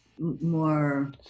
more